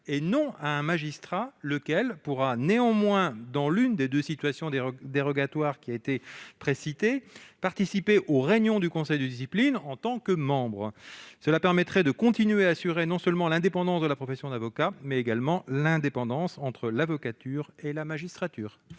et non à un magistrat, lequel pourra néanmoins, dans l'une des deux situations dérogatoires précitées, participer aux réunions du conseil de discipline en tant que membre. Cela permettrait de continuer à assurer non seulement l'indépendance de la profession d'avocat, mais également l'indépendance entre l'avocature et la magistrature.